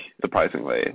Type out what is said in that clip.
surprisingly